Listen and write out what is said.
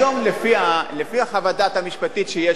לפי חוות הדעת המשפטית שיש לנו,